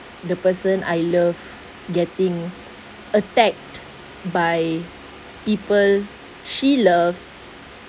the person I love getting attacked by people she loves